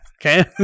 Okay